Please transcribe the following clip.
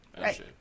Right